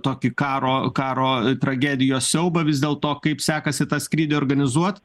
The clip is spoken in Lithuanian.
tokį karo karo tragedijos siaubą vis dėlto kaip sekasi tą skrydį organizuot